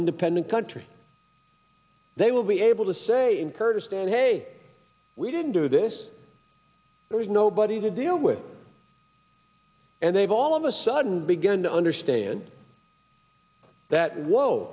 independent country they will be able to say in kurdistan hey we didn't do this there's nobody to deal with and they've all of a sudden begin to understand that w